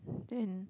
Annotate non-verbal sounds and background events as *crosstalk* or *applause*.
*breath* then